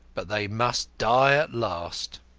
but they must die at last.